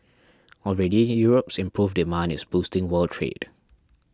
already Europe's improved demand is boosting world trade